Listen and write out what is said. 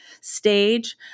stage